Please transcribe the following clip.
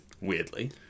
weirdly